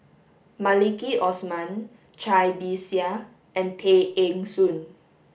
Maliki Osman Cai Bixia and Tay Eng Soon